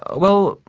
ah well,